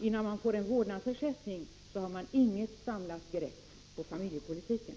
Innan man får en vårdnadsersättning har man inget samlat grepp på familjepolitiken.